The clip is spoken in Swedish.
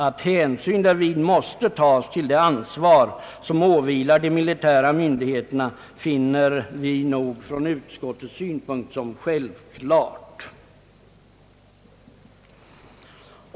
Att hänsyn därvid måste tas till det ansvar som åvilar de militära myndigheterna finner vi självklart.